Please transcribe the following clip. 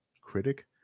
critic